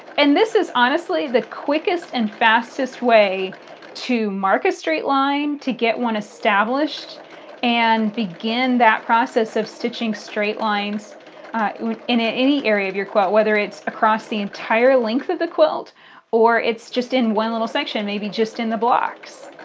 and this is honestly the quickest and fastest way to mark a straight line, to get one established and begin that process of stitching straight lines in in any area of your quilt, whether it's across the entire length of the quilt or it's just in one little section, maybe just in the blocks.